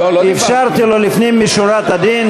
אפשרתי לו לפנים משורת הדין.